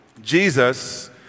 Jesus